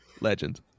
legend